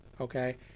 okay